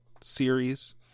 series